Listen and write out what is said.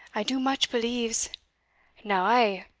i do much believes now i,